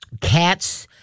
cats